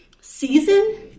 Season